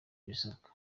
ibisabwa